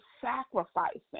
sacrificing